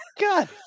God